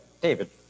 David